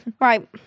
right